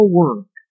work